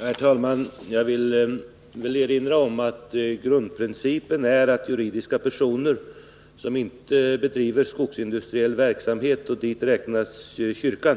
Herr talman! Jag vill erinra om att grundprincipen är att juridiska personer som inte bedriver skogsindustriell verksamhet, och dit räknas kyrkan,